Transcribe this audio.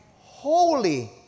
holy